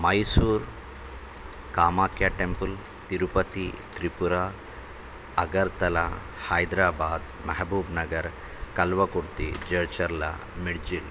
Mysore Kamakhya temple Tirupati Tripura Agartala Hyderabad Mahabubnagar Kalwakurthy Jadcherla మేర్జిల్